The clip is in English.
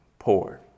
poor